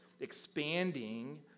expanding